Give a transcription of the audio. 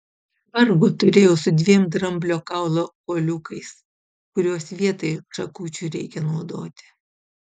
vargo turėjau su dviem dramblio kaulo kuoliukais kuriuos vietoj šakučių reikia naudoti